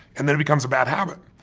and then becomes a bad habit.